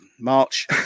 March